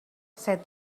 said